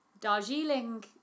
Darjeeling